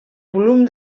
volum